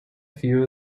few